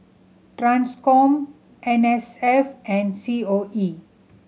Transcom N S F and C O E